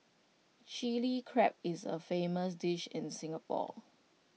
Chilli Crab is A famous dish in Singapore